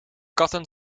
katten